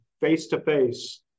face-to-face